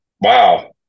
Wow